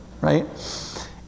Right